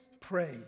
pray